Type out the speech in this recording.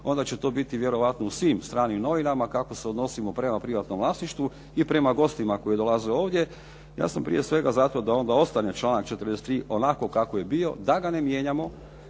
onda će to vjerojatno biti u svim stranim novinama kako se odnosimo prema privatnom vlasništvu i prema gostima koji dolaze ovdje, ja sam prije svega zato da onda ostane članak 43. onako kako je bio, da ga ne mijenjamo,